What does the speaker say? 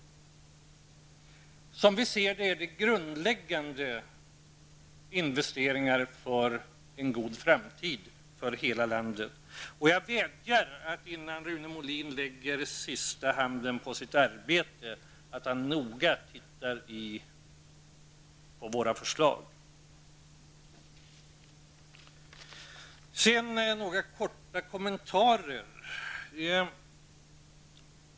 Enligt vår uppfattning är det grundläggande investeringar för att få en god framtid för hela landet. Jag vädjar till Rune Molin att han, innan han lägger sista handen vid detta sitt arbete, noga tittar på våra förslag. Sedan vill jag helt kort kommentera ett par andra saker.